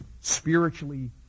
spiritually